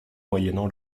moyennant